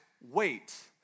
wait